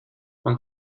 man